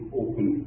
open